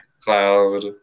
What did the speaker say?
cloud